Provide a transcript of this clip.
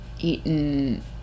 eaten